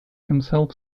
himself